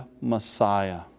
Messiah